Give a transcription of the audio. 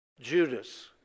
Judas